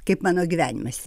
kaip mano gyvenimas